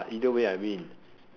either way I win